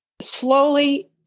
Slowly